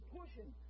pushing